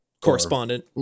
correspondent